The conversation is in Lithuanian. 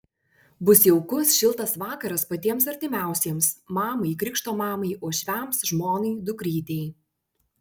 bus jaukus šiltas vakaras patiems artimiausiems mamai krikšto mamai uošviams žmonai dukrytei